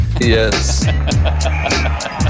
yes